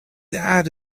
add